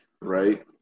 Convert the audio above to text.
Right